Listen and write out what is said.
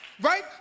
right